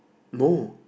no